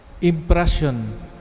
impression